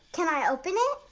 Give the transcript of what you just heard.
can i open it?